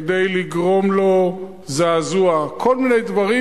כדי לגרום לו זעזוע וכל מיני דברים,